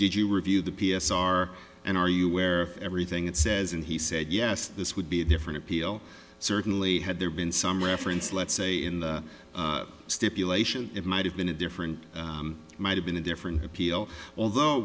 did you review the p s r and are you aware of everything it says and he said yes this would be the if an appeal certainly had there been some reference let's say in the stipulation it might have been a different might have been a different appeal although